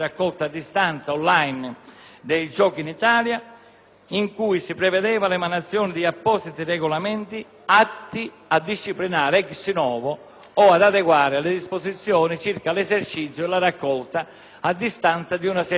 in cui si prevedeva l'emanazione di appositi regolamenti atti a disciplinare *ex novo* o ad adeguare le disposizioni circa l'esercizio e la raccolta a distanza di una serie di giochi analiticamente indicati nel dettato normativo.